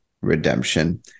redemption